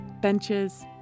benches